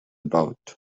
about